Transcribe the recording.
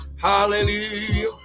Hallelujah